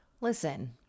Listen